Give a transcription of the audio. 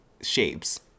shapes